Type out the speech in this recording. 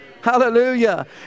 Hallelujah